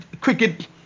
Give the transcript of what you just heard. cricket